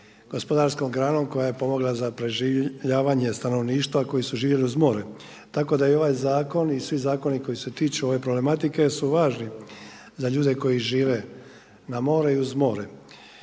gospodarskom granom koja je pomogla za preživljavanje stanovništva koji su živjeli uz more. Tako da ovaj zakon i svi zakoni koji se tiču ove problematike su važni za ljude koji žive na moru i uz more.